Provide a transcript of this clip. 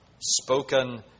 spoken